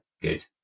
good